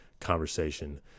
conversation